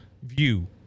view